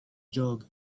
jog